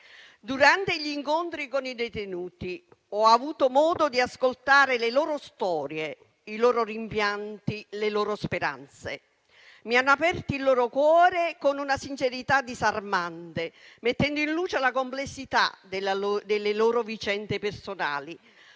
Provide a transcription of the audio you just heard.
Durante gli incontri con i detenuti ho avuto modo di ascoltare le loro storie, i loro rimpianti, le loro speranze. Mi hanno aperto il loro cuore con una sincerità disarmante, mettendo in luce la complessità delle loro vicende personali,